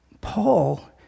Paul